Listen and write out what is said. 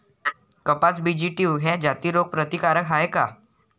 कपास BG two ह्या जाती रोग प्रतिकारक हाये का?